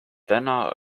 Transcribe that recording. täna